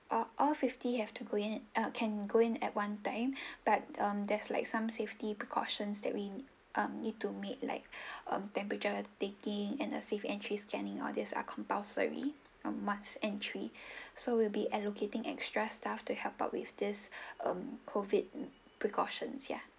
all all fifty have to go in ah can go in at one time but um there's like some safety precautions that we um need to meet like um temperature taking and a safe entry scanning these are compulsory ah masked entry so we'll be allocating extra staff to help out with this a COVID precaution ya